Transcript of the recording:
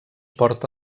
porta